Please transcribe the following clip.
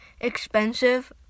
expensive